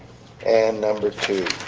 and number two